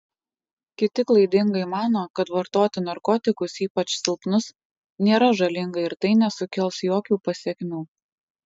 kiti klaidingai mano kad vartoti narkotikus ypač silpnus nėra žalinga ir tai nesukels jokių pasekmių